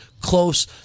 close